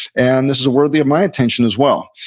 and this is worthy of my attention, as well.